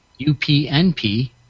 UPNP